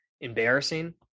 embarrassing